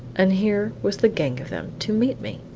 and here was the gang of them, to meet me!